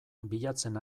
bilatzen